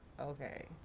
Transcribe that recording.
Okay